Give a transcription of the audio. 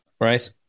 right